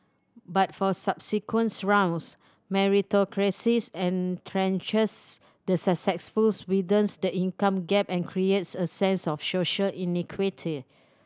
but for subsequent rounds meritocracy entrenches the successful widens the income gap and creates a sense of social inequity